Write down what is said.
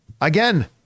Again